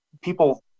people